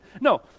No